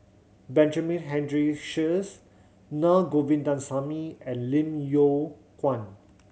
Benjamin Henry Sheares Na Govindasamy and Lim Yew Kuan